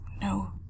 No